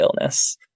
illness